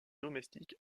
domestique